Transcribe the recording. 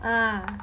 ah